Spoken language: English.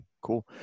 cool